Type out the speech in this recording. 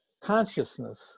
consciousness